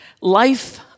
life